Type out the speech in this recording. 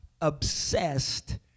obsessed